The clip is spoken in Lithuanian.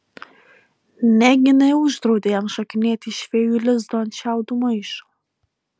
negi neuždraudė jam šokinėti iš fėjų lizdo ant šiaudų maišo